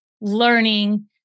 learning